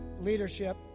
leadership